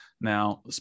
Now